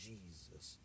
Jesus